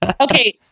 Okay